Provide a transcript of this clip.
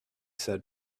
said